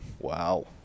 wow